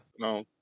no